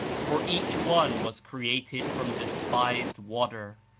for each one was created from despised water.